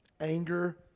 anger